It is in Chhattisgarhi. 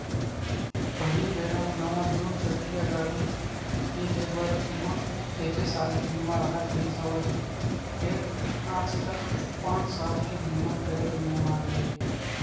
पहिली बेरा म नवा दू चकिया गाड़ी के ले बर म एके साल के बीमा राहत रिहिस हवय फेर आजकल पाँच साल के बीमा करे के नियम आगे हे